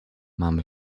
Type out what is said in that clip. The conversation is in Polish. mamy